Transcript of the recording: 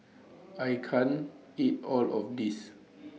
I can't eat All of This